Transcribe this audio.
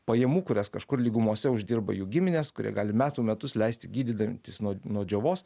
pajamų kurias kažkur lygumose uždirba jų giminės kurie gali metų metus leisti gydidantis nuo nuo džiovos